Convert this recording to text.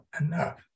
enough